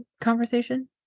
conversation